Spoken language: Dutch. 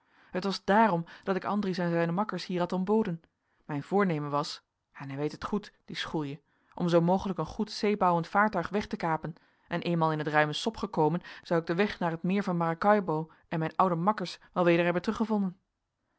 het was daarom dat ik andries en zijne makkers hier had ontboden mijn voornemen was en hij weet het goed die schoelje om zoo mogelijk een goed zeebouwend vaartuig weg te kapen en eenmaal in het ruime sop gekomen zou ik den weg naar het meer van maracaibo en mijn oude makkers wel weder hebben teruggevonden